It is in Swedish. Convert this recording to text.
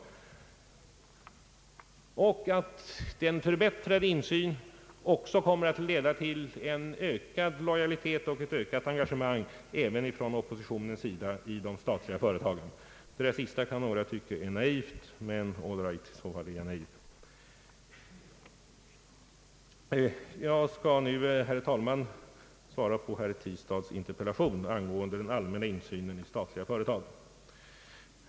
Det är också min mening att den förbättrade insynen kommer att leda till en ökad lojalitet och ett ökat engagemang även från oppositionens sida. Det senaste kanske några tycker låter naivt, men all right, då är jag naiv. Jag skall nu, herr talman, övergå till att svara på herr Tistads interpellation angående den allmänna insynen i statliga företag.